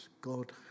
God